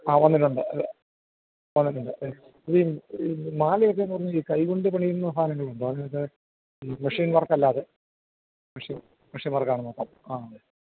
ആ വന്നിട്ടുണ്ട് വന്നിട്ടുണ്ട് ഇതില് മാലയൊക്കെയെന്നു പറഞ്ഞാല് ഈ കൈ കൊണ്ടു പണിയുന്ന സാധനങ്ങളുണ്ടോ അല്ലാതെ ഈ മെഷീൻ വർക്കല്ലാതെ മെഷീൻ മെഷീൻ വർക്കാണ് മൊത്തം ആ